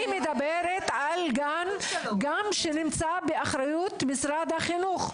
אני מדברת גם על גן שנמצא באחריות משרד החינוך.